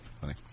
funny